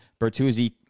Bertuzzi